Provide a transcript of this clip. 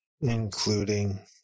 including